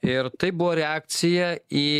ir tai buvo reakcija į